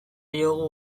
diogu